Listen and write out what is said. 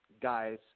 guys